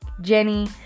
Jenny